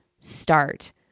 start